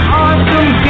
awesome